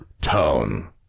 tone